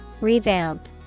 Revamp